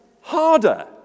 harder